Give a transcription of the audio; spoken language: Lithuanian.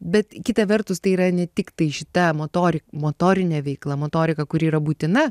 bet kita vertus tai yra ne tiktai šita motor motorinė veikla motorika kuri yra būtina